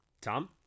Tom